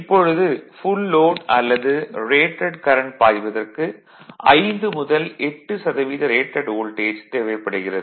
இப்பொழுது full load அல்லது rated current பாய்வதற்கு 5 முதல் 8 சதவீத ரேடட் வோல்டேஜ் தேவைப்படுகிறது